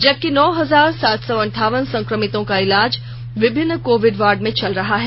जबकि नौ हजार सात सौ अंठावन संक्रमितों का इलाज विभिन्न कोविड वार्ड में चल रहा है